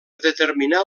determinar